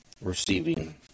receiving